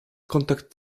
kontakt